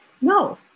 no